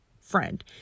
friend